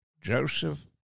Joseph